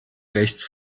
rechts